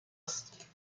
است